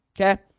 Okay